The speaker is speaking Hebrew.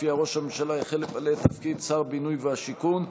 שלפיה ראש הממשלה החל למלא את תפקיד שר הבינוי והשיכון,